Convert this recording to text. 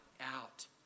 out